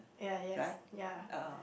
ya yes ya